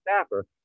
staffer